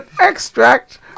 extract